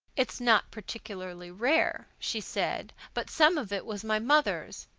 it's not particularly rare, she said, but some of it was my mother's.